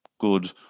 good